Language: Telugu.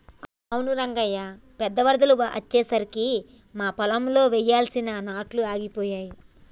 అవును రంగయ్య పెద్ద వరదలు అచ్చెసరికి మా పొలంలో వెయ్యాల్సిన నాట్లు ఆగిపోయాయి